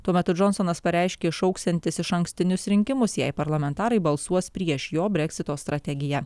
tuo metu džonsonas pareiškė šauksiantis išankstinius rinkimus jei parlamentarai balsuos prieš jo breksito strategiją